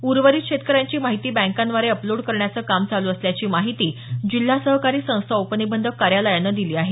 उर्वरित शेतकऱ्यांची माहिती बँकांद्वारे अपलोड करण्याचं काम चालू असल्याची माहिती जिल्हा सहकारी संस्था उपनिबंधक कार्यालयानं दिली आहे